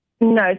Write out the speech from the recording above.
No